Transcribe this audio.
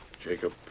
Jacob